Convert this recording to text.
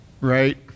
Right